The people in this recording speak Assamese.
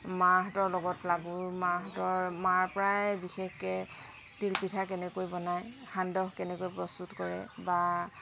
মাহঁতৰ লগত লাগোঁ মাহঁতৰ মাৰ পৰাই বিশেষকৈ তিলপিঠা কেনেকৈ বনায় সান্দহ কেনেকৈ প্ৰস্তুত কৰে বা